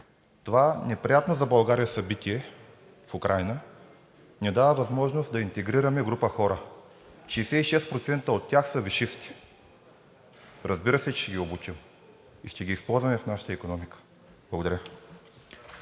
Това неприятно за България събитие в Украйна ни дава възможност да интегрираме група хора – 66% от тях са висшисти. Разбира се, че ще ги обучим и ще ги използваме в нашата икономика. Благодаря.